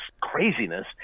craziness